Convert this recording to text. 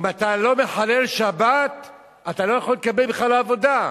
שבהם אם אתה לא מחלל שבת אתה לא יכול להתקבל בכלל לעבודה,